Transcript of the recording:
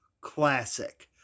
classic